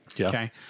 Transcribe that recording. okay